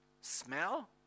Smell